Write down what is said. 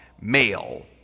male